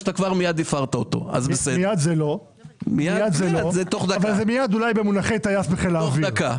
שמיד הפרת את האמירה שלך.